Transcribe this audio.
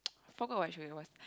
forgot what show it was